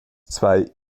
zwei